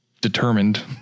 Determined